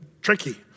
tricky